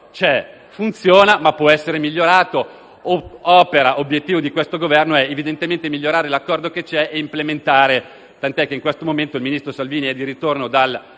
c'è e funziona, ma può essere migliorato. L'obiettivo di questo Governo è evidentemente quello di migliorare l'accordo che c'è e di implementarlo. In questo momento il ministro Salvini è di ritorno dal